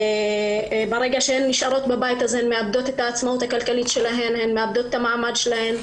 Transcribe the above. ואז הן מאבדות את העצמאות הכלכלית שלהן ואת המעמד שלהן.